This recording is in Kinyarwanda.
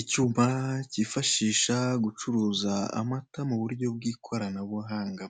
Icyumba kifashisha gucuruza amata mu buryo bw'ikoranabuhanga,